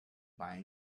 buying